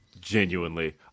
genuinely